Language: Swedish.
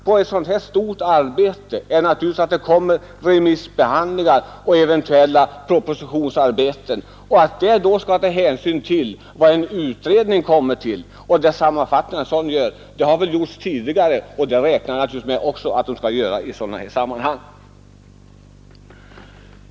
På en sådan här stor utredning följer naturligtvis remissbehandling och eventuell propositionsskrivning. Härvid skall givetvis liksom i andra sammanhang hänsyn tas till utredningens resultat.